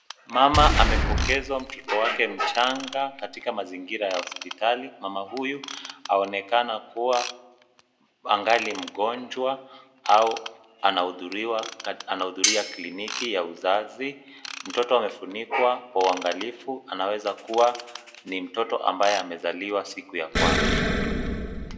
Mama amepokezwa mtoto wake mchanga katika mazingira ya hospitali. Mama huyu aonekana kuwa angali mgonjwa au anahudhuria kliniki ya uzazi. Mtoto amefunikwa kwa uangalifu anaweza kuwa ni mtoto ambaye amezaliwa siku ya kwanza.